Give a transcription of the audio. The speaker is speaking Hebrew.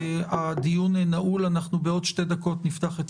הישיבה ננעלה בשעה 10:45.